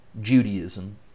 Judaism